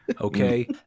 Okay